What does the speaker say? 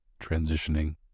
transitioning